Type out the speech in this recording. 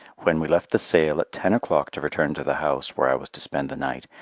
when we left the sale at ten o'clock to return to the house where i was to spend the night,